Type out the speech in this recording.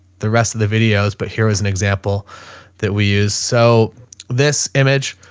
the rest of the videos, but here was an example that we use. so this image,